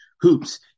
Hoops